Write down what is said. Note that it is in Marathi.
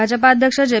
भाजपा अध्यक्ष जे